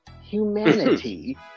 humanity